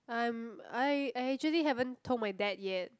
I'm I I actually haven't told my dad yet